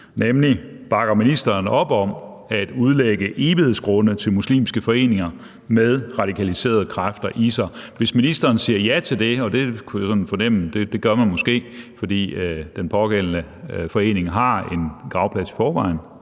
nemlig: Bakker ministeren op om at udlægge evighedsgrunde til muslimske foreninger med radikaliserede kræfter i sig? Hvis ministeren siger ja til det – og det kunne jeg sådan fornemme at man måske gør, for den pågældende forening har i forvejen